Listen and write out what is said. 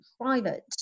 private